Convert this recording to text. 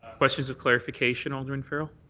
questions or clarification, alderman farrell?